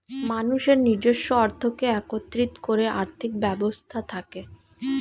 মানুষের নিজস্ব অর্থকে একত্রিত করে আর্থিক ব্যবস্থা থাকে